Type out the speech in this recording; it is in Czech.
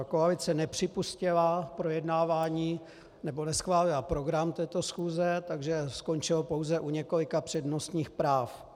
Koalice nepřipustila projednávání, nebo neschválila program této schůze, takže to skončilo pouze u několika přednostních práv.